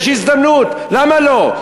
יש הזדמנות, למה לא?